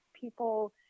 people